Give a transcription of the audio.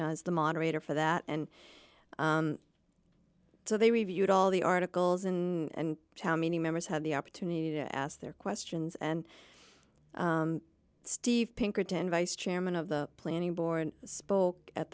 as the moderator for that and so they reviewed all the articles and how many members had the opportunity to ask their questions and steve pinkerton vice chairman of the planning board spoke at